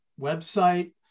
website